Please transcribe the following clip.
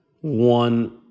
one